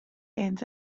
and